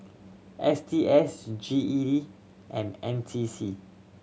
S T S G E D and N C C